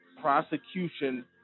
prosecution